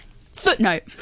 Footnote